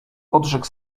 odrzekł